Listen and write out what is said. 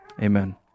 amen